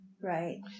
Right